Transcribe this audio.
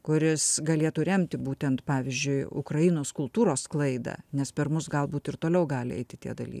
kuris galėtų remti būtent pavyzdžiui ukrainos kultūros sklaidą nes per mus galbūt ir toliau gali eiti tie daly